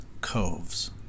coves